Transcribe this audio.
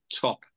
top